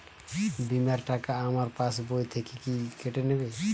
বিমার টাকা আমার পাশ বই থেকে কি কেটে নেবে?